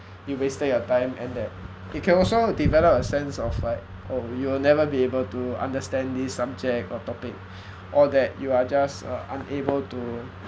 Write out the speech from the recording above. you wasted your time and that it can also develop a sense of like oh you will never be able to understand this subject or topic or that you are just uh unable to